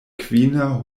kvina